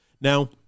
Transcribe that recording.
Now